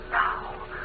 now